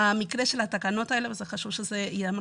במקרה של התקנות האלה וזה חשוב שזה ייאמר